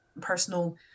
personal